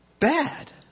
Bad